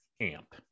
amp